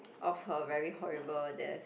of her very horrible desk